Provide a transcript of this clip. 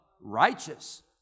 righteous